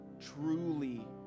truly